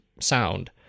sound